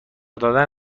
دادن